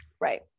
Right